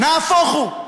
נהפוך הוא,